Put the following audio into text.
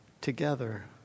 together